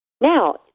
Now